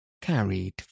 carried